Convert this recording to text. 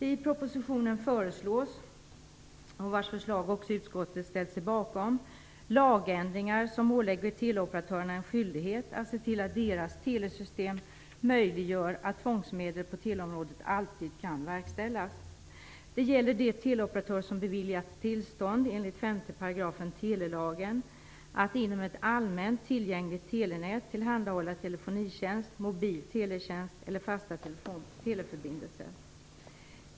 I propositionen, vars förslag också utskottet ställt sig bakom, föreslås lagändringar som ålägger teleoperatörerna en skyldighet att se till att deras telesystem möjliggör att tvångsmedel på teleområdet alltid kan verkställas. Det gäller de teleoperatörer som beviljats tillstånd enligt 5 § telelagen att inom ett allmänt tillgängligt telenät tillhandahålla telefonitjänst, mobil teletjänst eller fasta teleförbindelser.